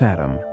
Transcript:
Adam